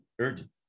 Urgent